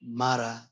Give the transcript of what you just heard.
mara